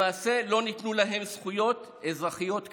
למעשה, לא ניתנו להם זכויות אזרחיות כלל.